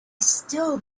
still